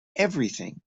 everything